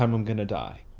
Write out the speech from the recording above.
um i'm gonna die.